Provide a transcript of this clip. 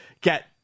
get